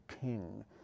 king